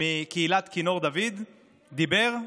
מקהילת כינור דוד דיבר,